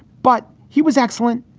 but he was excellent.